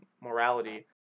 morality